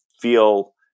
feel